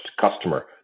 customer